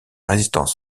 résistance